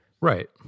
Right